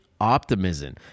optimism